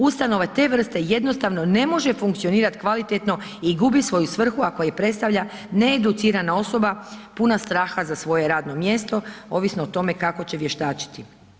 Ustanova te vrste jednostavno ne može funkcionirati kvalitetno i gubi svoju svrhu a koju predstavlja needucirana osoba puna straha za svoje radno mjesto ovisno o tome kako će vještačiti.